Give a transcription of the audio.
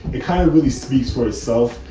it kind of really speaks for itself.